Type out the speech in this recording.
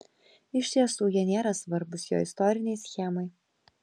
iš tiesų jie nėra svarbūs jo istorinei schemai